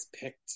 picked